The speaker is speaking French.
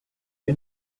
que